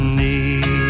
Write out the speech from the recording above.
need